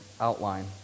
outline